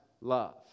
Love